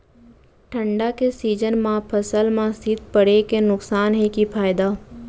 ठंडा के सीजन मा फसल मा शीत पड़े के नुकसान हे कि फायदा?